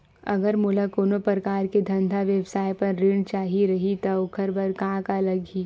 अगर मोला कोनो प्रकार के धंधा व्यवसाय पर ऋण चाही रहि त ओखर बर का का लगही?